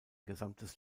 gesamtes